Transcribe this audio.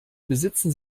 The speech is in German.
besitzen